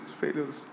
failures